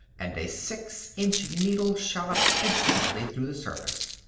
and a six-inch needle shot up instantly through the surface.